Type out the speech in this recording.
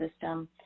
system